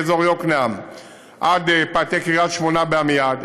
מאזור יקנעם עד פאתי קריית-שמונה ועמיעד,